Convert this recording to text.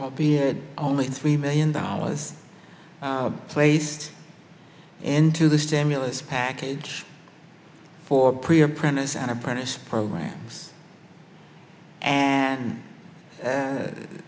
albeit only three million dollars placed into the stimulus package for pretty apprentice an apprentice program and